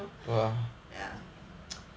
ya